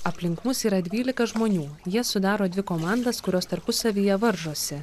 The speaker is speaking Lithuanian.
aplink mus yra dvylika žmonių jie sudaro dvi komandas kurios tarpusavyje varžosi